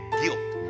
guilt